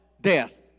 death